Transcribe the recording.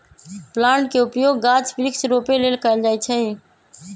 plant के उपयोग गाछ वृक्ष रोपे लेल कएल जाइ छइ